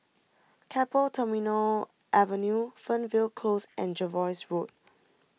Keppel Terminal Avenue Fernvale Close and Jervois Road